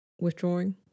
withdrawing